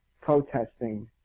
protesting